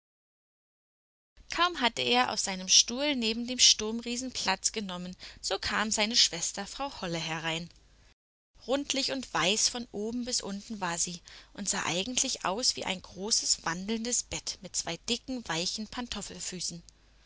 kaum hatte er auf seinem stuhl neben dem sturmriesen platz genommen so kam seine schwester frau holle herein rundlich und weiß von oben bis unten war sie und sah eigentlich aus wie ein großes wandelndes bett mit zwei dicken weichen